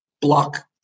block